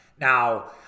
Now